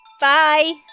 bye